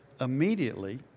Immediately